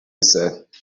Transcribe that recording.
رسد